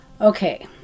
Okay